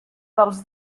dels